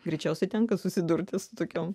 greičiausiai tenka susidurti su tokiom